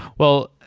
well,